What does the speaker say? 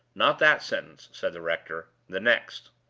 not that sentence, said the rector. the next.